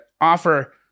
offer